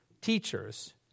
teachers